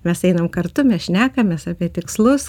mes einam kartu mes šnekamės apie tikslus